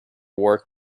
work